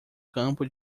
campo